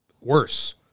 worse